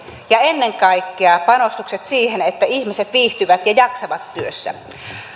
ja ennen kaikkea panostukset siihen että ihmiset viihtyvät ja jaksavat työssä